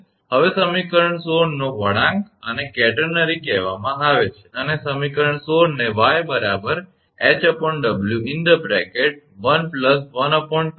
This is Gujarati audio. હવે સમીકરણ 16 નો વળાંક આને કેટરનરી કહેવામાં આવે છે અને સમીકરણ 16 ને 𝑦 𝐻𝑊112